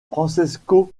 francesco